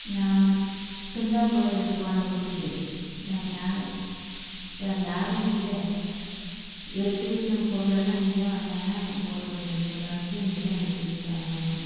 நான் மட்டும்தான் போய் போகிறேன் ஊருக்கு வேற யாரும் வேற யாரும் இல்லை எடுத்து வைக்கணும் பொருளெல்லாம் நீ தான் வந்தேன்னா எங்கூட கொஞ்சம் ஹெல்ப்ஃபுல்லாக இருக்கும் நீ தான் எடுத்து வச்சாகணும்